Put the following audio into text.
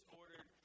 ordered